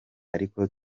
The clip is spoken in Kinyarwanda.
ariko